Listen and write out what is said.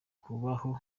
kubaho